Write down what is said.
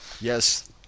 Yes